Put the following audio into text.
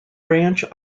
branch